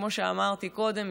כמו שאמרתי קודם,